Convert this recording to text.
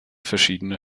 verschiedene